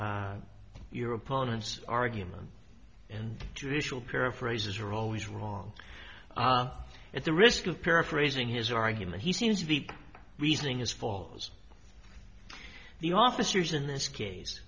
phrasing your opponent's argument and judicial paraphrases are always wrong at the risk of paraphrasing his argument he seems to be weaseling is falls the officers in this case